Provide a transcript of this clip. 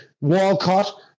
Walcott